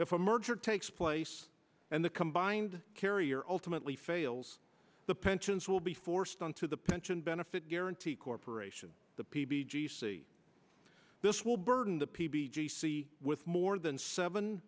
if a merger takes place and the combined carrier ultimately fails the pensions will be forced on to the pension benefit guaranty corporation the p b g c this will burden the p b j see with more than seven